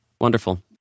Wonderful